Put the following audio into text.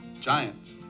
Giants